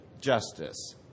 justice